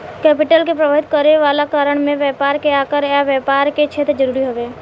capital के प्रभावित करे वाला कारण में व्यापार के आकार आ व्यापार के क्षेत्र जरूरी हवे